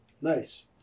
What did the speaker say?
Nice